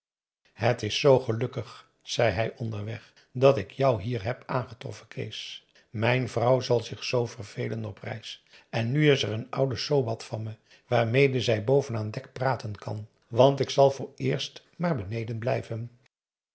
het is zoo gelukkig zei hij onderweg dat ik jou hier heb aangetroffen kees mijn vrouw zal zich z vervelen op reis en nu is er een oude sobat van me waarmede zij boven aan dek praten kan want ik zal vooreerst maar beneden blijven